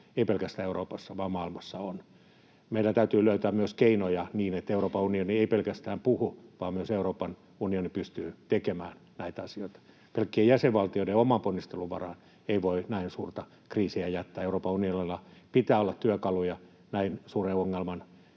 ei pelkästään Euroopassa, vaan maailmassa. Meidän täytyy löytää myös keinoja, niin että Euroopan unioni ei pelkästään puhu vaan Euroopan unioni myös pystyy tekemään näitä asioita. Pelkkien jäsenvaltioiden omien ponnisteluiden varaan ei voi näin suurta kriisiä jättää. Euroopan unionilla pitää olla työkaluja näin suuren ongelman